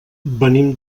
venim